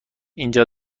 اینجا